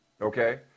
Okay